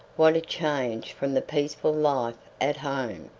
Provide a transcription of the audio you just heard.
what a change from the peaceful life at home!